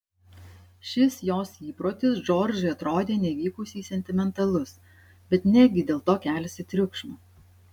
šis jos įprotis džordžui atrodė nevykusiai sentimentalus bet negi dėl to kelsi triukšmą